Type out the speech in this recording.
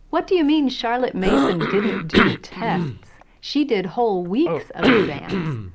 what do you mean charlotte mason didn't do tests? she did whole weeks of exams!